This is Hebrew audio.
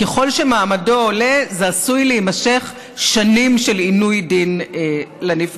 ככל שמעמדו עולה זה עשוי להימשך שנים של עינוי דין לנפגעות.